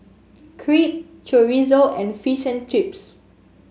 Crepe Chorizo and Fish and Chips